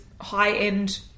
high-end